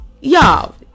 Y'all